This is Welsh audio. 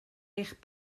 eich